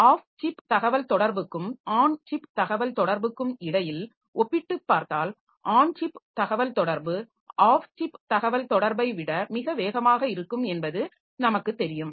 of chip தகவல் தொடர்புக்கும் on chip தகவல்தொடர்புக்கும் இடையில் ஒப்பிட்டுப் பார்த்தால் ஆன் சிப் தகவல்தொடர்பு ஆஃப் சிப் தகவல்தொடர்பை விட மிக வேகமாக இருக்கும் என்பது நமக்கு தெரியும்